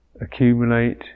accumulate